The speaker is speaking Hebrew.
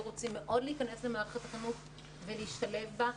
רוצים מאוד להיכנס למערכת החינוך ולהשתלב בה.